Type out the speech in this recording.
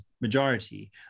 majority